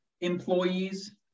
employees